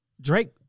Drake